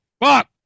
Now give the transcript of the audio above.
Fuck